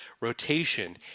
rotation